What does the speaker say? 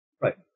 Right